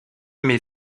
met